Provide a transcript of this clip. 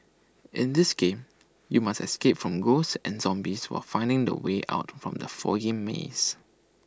in this game you must escape from ghosts and zombies while finding the way out from the foggy maze